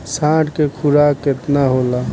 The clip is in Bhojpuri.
साँढ़ के खुराक केतना होला?